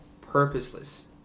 purposeless